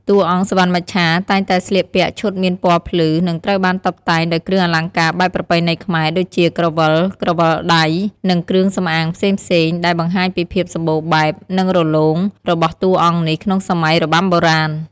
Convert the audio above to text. តួអង្គ សុវណ្ណមច្ឆា តែងតែស្លៀកពាក់ឈុតមានពណ៌ភ្លឺ និងត្រូវបានតុបតែងដោយគ្រឿងអលង្ការបែបប្រពៃណីខ្មែរ ដូចជា ក្រវិល ក្រវិលដៃ និងគ្រឿងសំអាងផ្សេងៗ ដែលបង្ហាញពីភាពសម្បូរបែប និងរលោងរបស់តួអង្គនេះក្នុងសម័យរបាំបុរាណ។